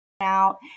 out